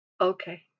okay